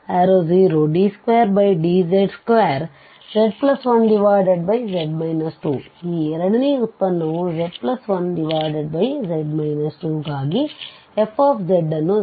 ಈ ಎರಡನೇ ಉತ್ಪನ್ನವುz1z 2 ಗಾಗಿfಅನ್ನು z3